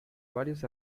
varios